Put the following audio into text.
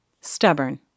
stubborn